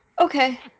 okay